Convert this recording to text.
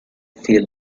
feel